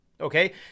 okay